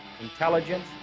intelligence